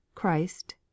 christ